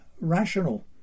rational